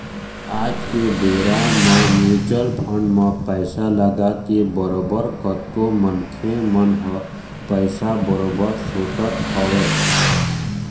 आज के बेरा म म्युचुअल फंड म पइसा लगाके बरोबर कतको मनखे मन ह पइसा बरोबर सोटत हवय